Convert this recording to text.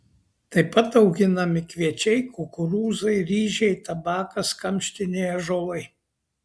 tai pat auginami kviečiai kukurūzai ryžiai tabakas kamštiniai ąžuolai